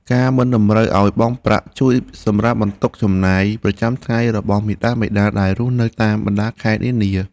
ការមិនតម្រូវឱ្យបង់ប្រាក់ជួយសម្រាលបន្ទុកចំណាយប្រចាំថ្ងៃរបស់មាតាបិតាដែលរស់នៅតាមបណ្តាខេត្តនានា។